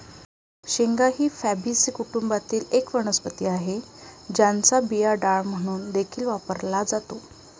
शेंगा ही फॅबीसी कुटुंबातील एक वनस्पती आहे, ज्याचा बिया डाळ म्हणून देखील वापरला जातो